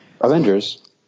Avengers